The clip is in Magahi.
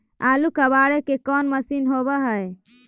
आलू कबाड़े के कोन मशिन होब है?